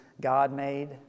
God-made